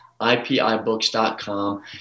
ipibooks.com